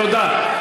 תודה.